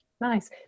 Nice